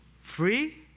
free